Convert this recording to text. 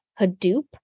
Hadoop